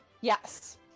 yes